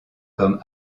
comme